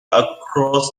across